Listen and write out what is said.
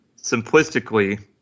simplistically